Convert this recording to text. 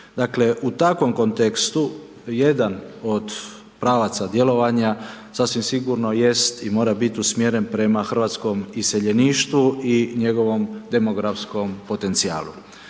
Dakle, u takvom kontekstu, jedan od pravaca djelovanja, sasvim sigurno jest i mora biti usmjeren prema hrvatskom iseljeništvu i njegovom demografskom potencijalu.